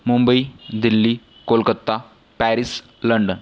Mumbai Delhi Kolkata Paris London